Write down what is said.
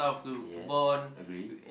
yes agree